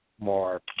more